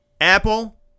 Apple